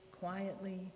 quietly